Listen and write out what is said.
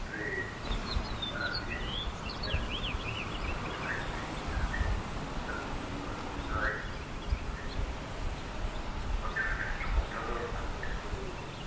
चित्रेमा त्यही हो चियापत्तीहरू तपाईँले फ्रेस टी लिफ्सहरू देख्नु सक्नु हुन्छ किन्नु सक्नु हुन्छ है त्यहाँदेखि कतिवटा त्यहाँनेर कल्चरल हाम्रो यहाँको